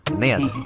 man